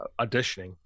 auditioning